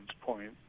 point